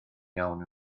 iawn